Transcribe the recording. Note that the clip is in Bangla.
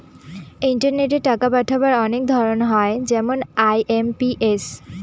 ইন্টারনেটে টাকা পাঠাবার অনেক ধরন হয় যেমন আই.এম.পি.এস